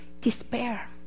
Despair